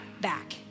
back